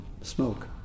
smoke